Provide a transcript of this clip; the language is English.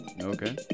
Okay